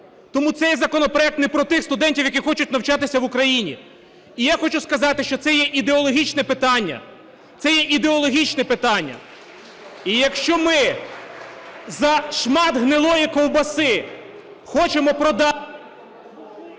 Тому цей законопроект не про тих студентів, які хочуть навчатися в Україні. І я хочу сказати, що це є ідеологічне питання, це є ідеологічне питання. І якщо ми за шмат гнилої ковбаси хочемо продати...